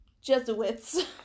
Jesuits